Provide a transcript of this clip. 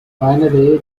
finally